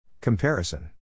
Comparison